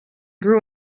grew